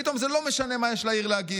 פתאום זה לא משנה מה יש לעיר להגיד,